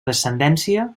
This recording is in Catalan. descendència